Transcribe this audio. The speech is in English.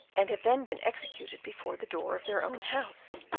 and have then been executed before the door of their own house.